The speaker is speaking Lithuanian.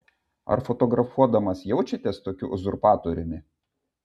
ar fotografuodamas jaučiatės tokiu uzurpatoriumi